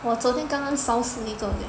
我昨天刚刚烧死一个